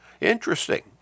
Interesting